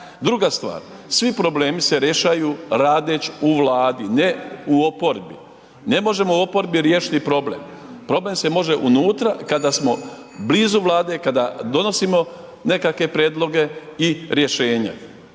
Druga stvar svi problemi se rješaju radeć u vladi, ne u oporbi, ne možemo u oporbi riješiti problem, problem se može unutra kada smo blizu vlade, kada donosimo nekakve prijedloge i rješenja.